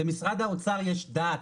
במשרד האוצר יש דת,